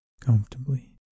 comfortably